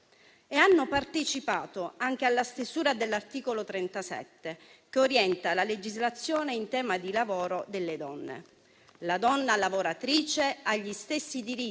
che hanno partecipato anche alla stesura dell'articolo 37 che orienta la legislazione in tema di lavoro delle donne. «La donna lavoratrice ha gli stessi diritti